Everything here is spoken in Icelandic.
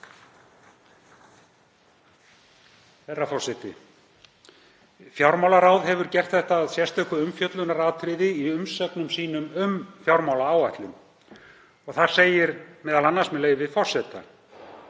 Fjármálaráð hefur gert þetta að sérstöku umfjöllunaratriði í umsögnum sínum um fjármálaáætlun. Þar segir m.a., með leyfi forseta: